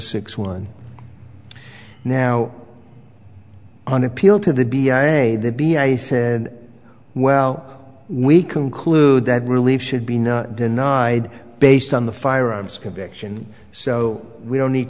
six one now on appeal to the b i a the b i said well we conclude that relief should be not denied based on the firearms conviction so we don't need